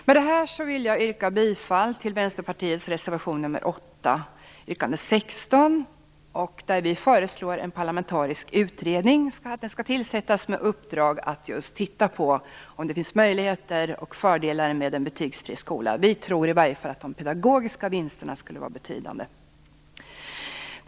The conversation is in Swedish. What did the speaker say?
Med detta yrkar jag bifall till Vänsterpartiets reservation nr 8 under mom. 16. Vi föreslår i reservationen att en parlamentarisk utredning tillsätts som får i uppdrag att just titta på möjligheter och fördelar med en betygsfri skola. Vi tror i varje fall att de pedagogiska vinsterna skulle vara betydande.